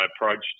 approached